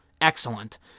excellent